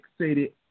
fixated